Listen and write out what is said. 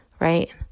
right